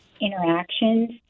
interactions